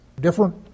Different